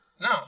No